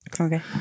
Okay